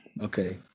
Okay